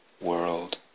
world